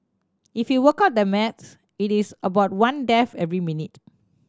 if you work out the maths it is about one death every minute